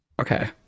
okay